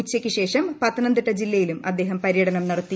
ഉച്ചക്ക് ശേഷം പത്തനംതിട്ട ജില്ലയിലും അദ്ദേഹം പര്യടനം നടത്തി